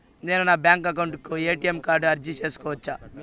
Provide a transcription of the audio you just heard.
నేను నా bank account కు ఎ.టి.ఎం కార్డు అర్జీ సేసుకోవచ్చా?